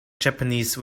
japanese